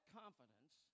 confidence